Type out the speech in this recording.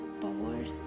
powers